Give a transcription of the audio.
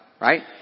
right